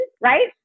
right